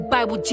Bible